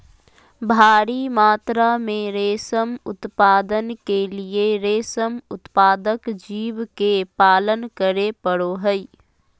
भारी मात्रा में रेशम उत्पादन के लिए रेशम उत्पादक जीव के पालन करे पड़ो हइ